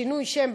שינוי שם,